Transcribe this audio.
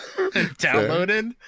downloaded